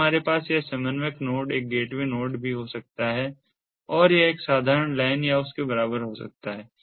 फिर हमारे पास यह समन्वयक नोड एक गेटवे नोड भी हो सकता है और यह एक साधारण LAN या उसके बराबर हो सकता है